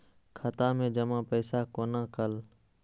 खाता मैं जमा पैसा कोना कल